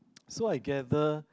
so I gather